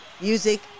Music